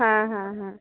হ্যাঁ হ্যাঁ হ্যাঁ